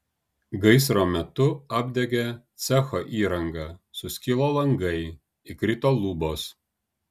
gaisro metu apdegė cecho įranga suskilo langai įkrito lubos